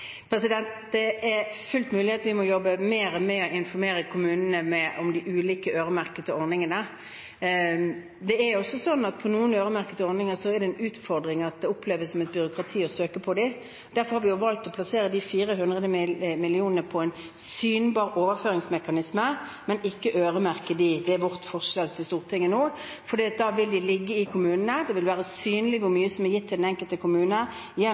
Det er fullt mulig at vi må jobbe mer med å informere kommunene om de ulike øremerkede ordningene. Det er også sånn at for noen øremerkede ordninger, er det en utfordring at det oppleves som et byråkrati å søke på dem. Derfor har vi valgt å plassere de 400 mill. kr på en synbar overføringsmekanisme, men ikke øremerke dem. Det er vårt forslag til Stortinget nå. Da vil de ligge i kommunene, og det vil være synlig hvor mye som er gitt til den enkelte kommune